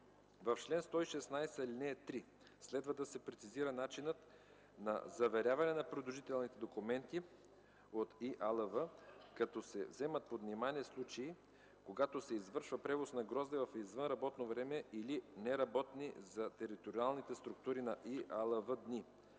В чл. 116, ал. 3 следва да се прецизира начинът на заверяване на придружителните документи от ИАЛВ, като се вземат под внимание случаи, когато се извършва превоз на грозде в извънработно време или неработни за териториалните структури на ИАЛВ дни,